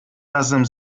razem